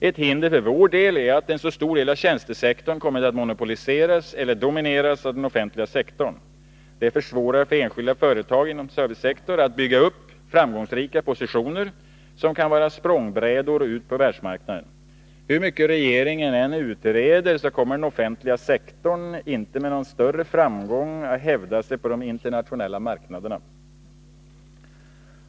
Ett hinder för vår del är att en så stor del av tjänstesektorn kommit att monopoliseras eller domineras av den offentliga sektorn. Detta försvårar för enskilda företag inom servicesektorn att bygga upp framgångsrika positioner, som kan vara språngbrädor ut på världsmarknaden. Hur mycket regeringen än utreder kommer den offentliga sektorn inte att med någon större framgång kunna hävda sig på de internationella marknaderna.